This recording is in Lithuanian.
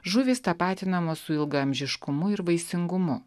žuvys tapatinamos su ilgaamžiškumu ir vaisingumu